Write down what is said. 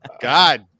god